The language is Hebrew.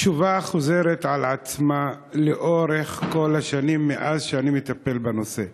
התשובה חוזרת על עצמה לאורך כל השנים שאני מטפל בנושא,